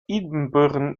ibbenbüren